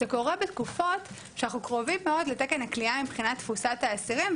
זה קורה בתקופות שאנחנו קרובים מאוד לתקן הכליאה מבחינת תפוסת האסירים,